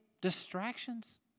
distractions